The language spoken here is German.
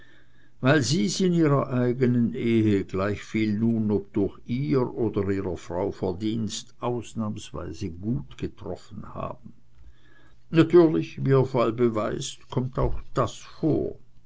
weil sie's in ihrer eigenen ehe gleichviel nun ob durch ihr oder ihrer frau verdienst ausnahmsweise gut getroffen haben natürlich wie ihr fall beweist kommt auch das vor